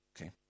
Okay